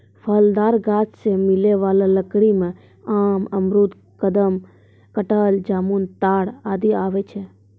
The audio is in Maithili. फलदार गाछ सें मिलै वाला लकड़ी में आम, अमरूद, कदम, कटहल, जामुन, ताड़ आदि आवै छै